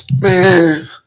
Man